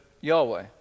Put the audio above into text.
Yahweh